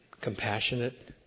compassionate